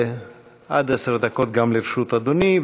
עד עשר דקות גם לרשות אדוני.